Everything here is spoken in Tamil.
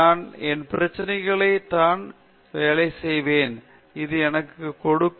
நான் என் பிரச்சனையில் தான் வேலை செய்வேன் அது உனக்கு கொடுக்கும்